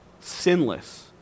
sinless